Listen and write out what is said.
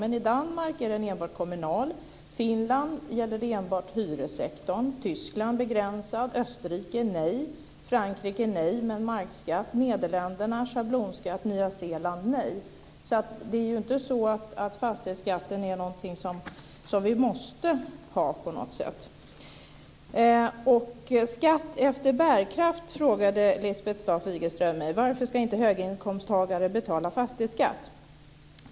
Men i Danmark är den enbart kommunal, i Finland gäller den enbart hyressektorn, i Tyskland är den begränsad, i Österrike har man den inte, i Frankrike har man den inte men däremot en markskatt, i Nederländerna har man en schablonskatt och på Nya Zeeland har man den inte. Det är ju inte så att fastighetsskatten är någonting som vi måste ha. Staaf-Igelström mig varför inte höginkomsttagare ska betala fastighetsskatt.